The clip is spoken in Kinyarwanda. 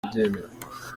kubyemera